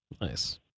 Nice